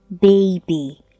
baby